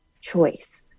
choice